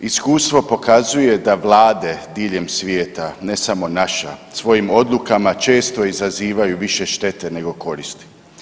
Iskustvo pokazuje da vlade diljem svijeta ne samo naša, svojim odlukama često izazivaju više štete neko koristi.